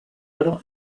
oro